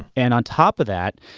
and on top of that,